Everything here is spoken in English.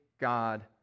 God